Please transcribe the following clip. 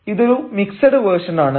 ഇതൊരു mixed version ആണ്